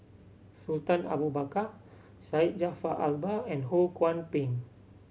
Sultan Abu Bakar Syed Jaafar Albar and Ho Kwon Ping